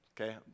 okay